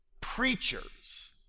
preachers